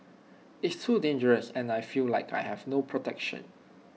it's too dangerous and I feel like I have no protection